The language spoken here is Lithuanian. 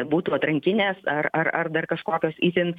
būtų atrankinės ar ar ar dar kažkokios itin